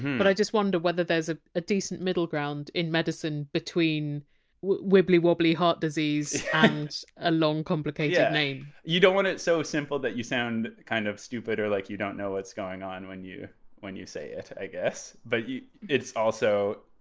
but i just wonder whether there's ah a decent middle ground in medicine between wibbly wobbly heart disease and a long complicated name you don't want it so simple that you sound kind of stupid or like you don't know what's going on when you when you say it, i guess but also,